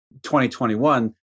2021